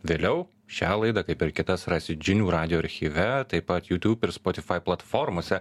vėliau šią laidą kaip ir kitas rasit žinių radijo archyve taip pat jutiūb ir spotifai platformose